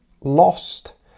lost